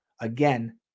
again